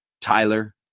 Tyler